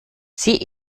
sie